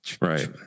right